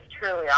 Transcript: truly